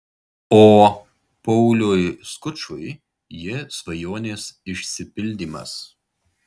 o pauliui skučui ji svajonės išsipildymas